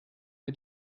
mit